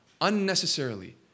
unnecessarily